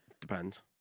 Depends